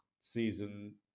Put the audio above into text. season